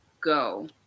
go